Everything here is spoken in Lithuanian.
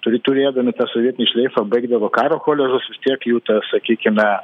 turi turėdami tą sovietinį šleifą baigdavo karo choleros vis tiek jų ta sakykime